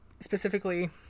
Specifically